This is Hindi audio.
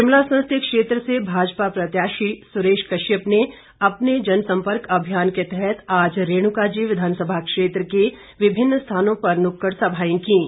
शिमला संसदीय क्षेत्र से भाजपा प्रत्याशी सुरेश कश्यप ने अपने जनसंपर्क अभियान के तहत आज रेणुकाजी विधानसभा क्षेत्र के विभिन्न स्थानों पर नुक्कड़ सभाएं कीं